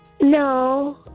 No